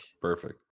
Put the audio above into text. Perfect